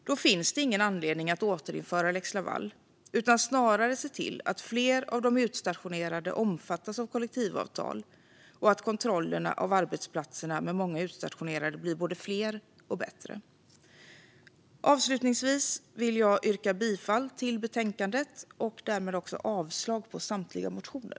Då finns det ingen anledning att återinföra lex Laval utan snarare att se till att fler av de utstationerade omfattas av kollektivavtal och att kontrollerna av arbetsplatserna med många utstationerade blir både fler och bättre. Avslutningsvis vill jag yrka bifall till utskottets förslag och därmed avslag på samtliga motioner.